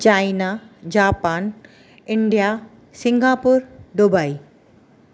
China Japan India Singapore Dubai